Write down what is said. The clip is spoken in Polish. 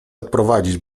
odprowadzić